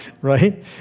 right